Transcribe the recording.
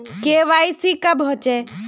KYC कब होचे?